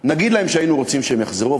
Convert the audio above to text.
נגיד להם שהיינו רוצים שהם יחזרו,